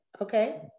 okay